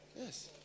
Yes